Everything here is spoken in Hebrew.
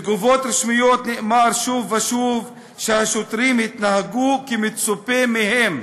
בתגובות רשמיות נאמר שוב ושוב שהשוטרים התנהגו כמצופה מהם.